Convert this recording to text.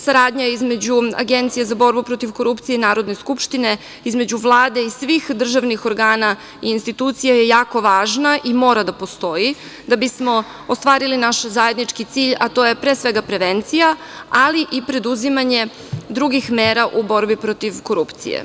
Saradnje između Agencije za borbu protiv korupcije i Narodne skupštine, između Vlade i svih državnih organa i institucija je jako važna i mora da postoji, da bismo ostvarili naš zajednički cilj, a to je pre svega prevencija, ali i preduzimanje drugih mera u borbi protiv korupcije.